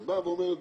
את באה ואומרת,